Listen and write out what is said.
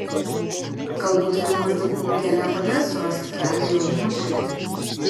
galbūt filmas dykumų gėlė padės surasti kelią į jaunimo širdį